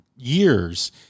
years